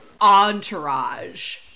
entourage